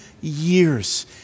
years